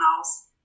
else